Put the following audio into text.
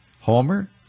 Homer